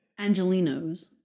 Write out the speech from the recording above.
Angelinos